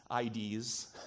IDs